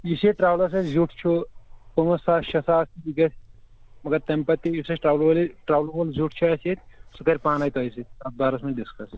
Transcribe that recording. یُس ییٚتہِ ٹرٛولَس اَسہِ زِیُٹھ چھُ پانٛژھ ساس شےٚ ساس یہِ گژھِ مگر تمہِ پَتہٕ تہِ یُس اَسہِ ٹرٛاوٕل وٲلِس ٹرٛاول وول زِیُٹھ چھُ اَسہِ ییٚتہِ سُہ کَرِ پانَے تۄہہِ سۭتۍ اَتھ بارَس منٛز ڈِسکَس